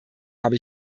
habe